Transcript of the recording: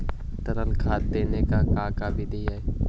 तरल खाद देने के का बिधि है?